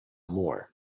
more